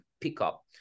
pickup